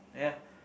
ya